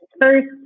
first